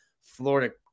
Florida